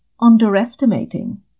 underestimating